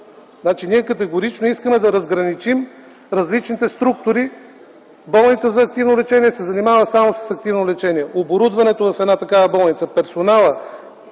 Ние категорично искаме да разграничим различните структури. Болницата за активно лечение да се занимава само с активно лечение – оборудването в една такава болница, персоналът